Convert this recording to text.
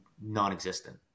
non-existent